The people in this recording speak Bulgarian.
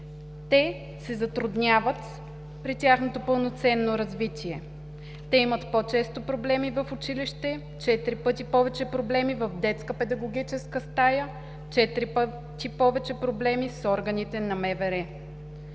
Те се затрудняват при тяхното пълноценно развитие, имат по-често проблеми в училище, четири пъти повече проблеми в детска педагогическа стая, четири пъти повече проблеми с органите на МВР.